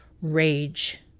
rage